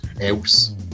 else